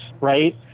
right